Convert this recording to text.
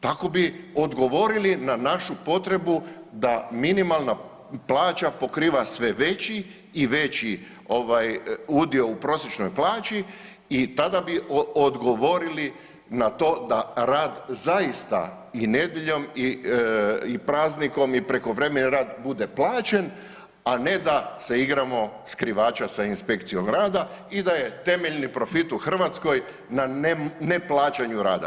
Tako bi odgovorili na našu potrebu da minimalna plaća pokriva sve veći i veći udjel u prosječnoj plaći i tada bi odgovorili na to da rad zaista i nedjeljom i praznikom i prekovremeni rad bude plaćen a ne da se igramo skrivača sa inspekcijom rada i da je temeljni profit u Hrvatskoj na neplaćanju rada.